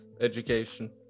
education